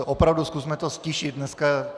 Opravdu zkusme to ztišit dneska.